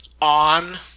on